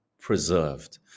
preserved